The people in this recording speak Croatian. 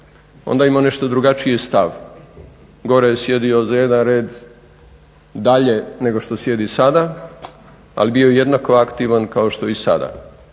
onda je imao nešto drugačiji stav, gore je sjedio za jedan red dalje nego što sjedi sada ali bio je jednako aktivan kao što je sada.